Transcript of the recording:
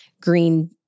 green